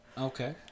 Okay